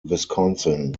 wisconsin